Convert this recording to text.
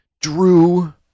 drew